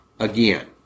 Again